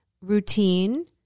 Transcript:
routine